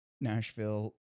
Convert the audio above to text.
nashville